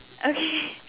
okay